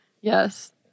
Yes